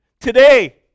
today